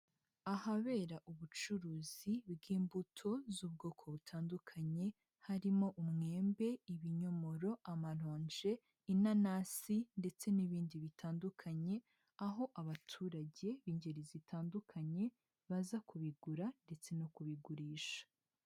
Ahabera ubucuruzi bw'imbuto z'ubwoko butandukanye harimo umwembe, ibinyomoro, amaronje, inanasi ndetse n'ibindi bitandukanye, aho abaturage b'ingeri zitandukanye baza kubigura ndetse no kubigurisha.